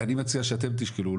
אני מציע שאתם תשקלו,